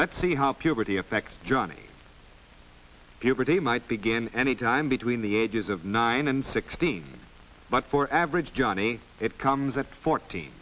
lets see how puberty affects johnny puberty might begin any time between the ages of nine and sixteen but for average johnny it comes at fort